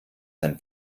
sein